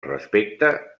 respecte